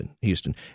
Houston